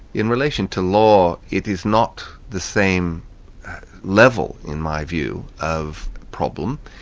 in relation to law, it is not the same level, in my view, of problem.